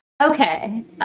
Okay